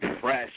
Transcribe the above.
fresh